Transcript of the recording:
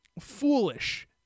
foolish